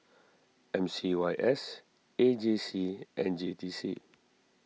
M C Y S A J C and J T C